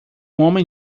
homem